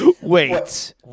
wait